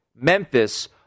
Memphis